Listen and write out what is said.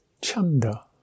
chanda